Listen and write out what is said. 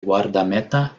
guardameta